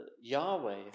Yahweh